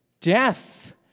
death